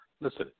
Listen